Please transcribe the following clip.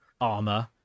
armor